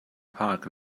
park